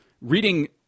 reading